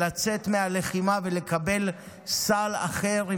לצאת מהלחימה ולקבל סל אחר,